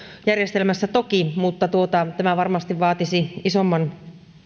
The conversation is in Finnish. järjestelmässä toki mutta tämä varmasti vaatisi isomman